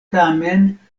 tamen